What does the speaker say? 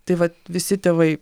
tai vat visi tėvai